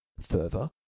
Further